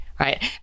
right